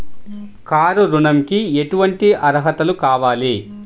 Car ఋణంకి ఎటువంటి అర్హతలు కావాలి?